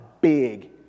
big